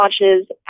launches